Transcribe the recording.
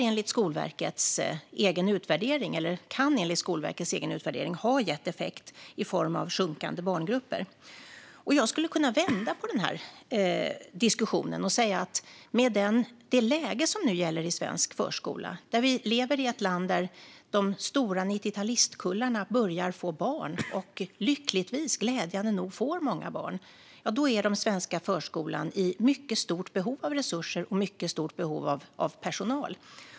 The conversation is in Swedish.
Enligt Skolverkets egen utvärdering kan det ha gett effekt i form av minskande barngrupper. Jag skulle kunna vända på diskussionen om det läge som nu gäller i svensk förskola. Vi lever i ett land där de stora 90-talistkullarna börjar få barn och lyckligtvis glädjande nog får många barn. Den svenska förskolan är då i mycket stort behov av resurser och personal.